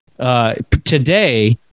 today –